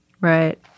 Right